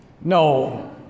No